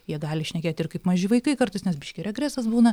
jie gali šnekėt ir kaip maži vaikai kartais nes biški regresas būna